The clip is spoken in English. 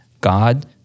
God